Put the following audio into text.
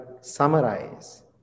summarize